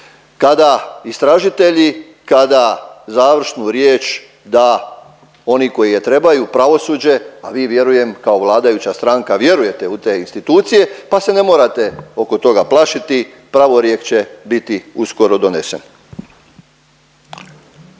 kada istražitelji, kada završnu riječ da oni koji je trebaju, pravosuđe, a vi vjerujem kao vladajuća stranka vjerujete u te institucije, pa se ne morate oko toga plašiti, pravorijek će biti uskoro donesen.